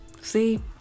See